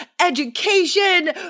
education